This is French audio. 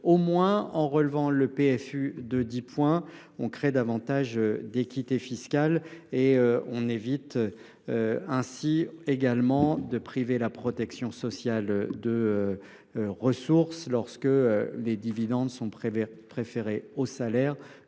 travail. En relevant le PFU de 10 points, on créerait davantage d’équité fiscale et on éviterait de priver la protection sociale de ressources lorsque les dividendes sont préférés aux salaires,